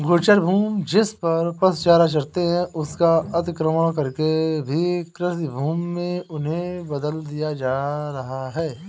गोचर भूमि, जिसपर पशु चारा चरते हैं, उसका अतिक्रमण करके भी कृषिभूमि में उन्हें बदल दिया जा रहा है